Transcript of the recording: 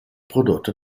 prodotto